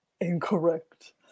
incorrect